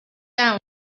down